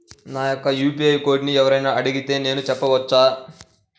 నా యొక్క యూ.పీ.ఐ కోడ్ని ఎవరు అయినా అడిగితే నేను చెప్పవచ్చా?